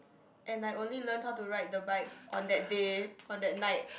and I only learned how to ride the bike on that day on that night